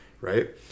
right